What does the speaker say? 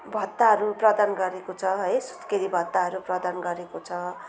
भत्ताहरू प्रदान गरेको छ है सुत्केरी भत्ताहरू प्रादन गरेको छ